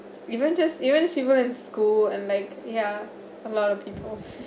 even just even just people in school and like ya a lot of people